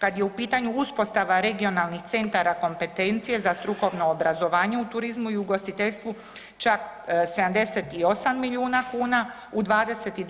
Kad je u pitanju uspostava Regionalnih centara kompetencije za strukovno obrazovanje u turizmu i ugostiteljstvu čak 78 milijuna kuna, u '22.